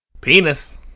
Penis